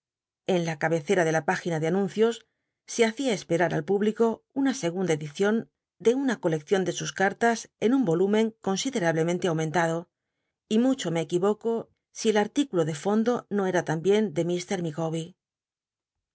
en la cabecera de la l ágina de anuncios se hacia esperar al público una segunda edicion de una coleccion de sus carlas en un yoiúmcn collsidcrablemente aumentado y mucho me cc uiroco si el articulo de fondo no era tambicn de